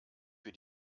für